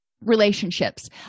relationships